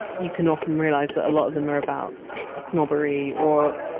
you can often realize that a lot of them are about snobbery or